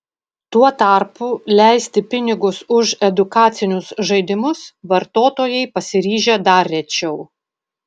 tuo tarpu leisti pinigus už edukacinius žaidimus vartotojai pasiryžę dar rečiau